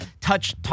touch